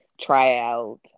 tryout